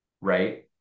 right